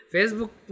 Facebook